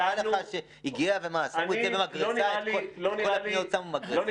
נראה לך שהגיעו, ומה, את כל הפניות שמו במגרסה?